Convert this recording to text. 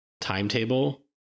timetable